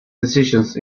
decisions